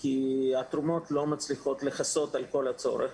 כי התרומות לא מצליחות לכסות על כל הצורך